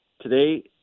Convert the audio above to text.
today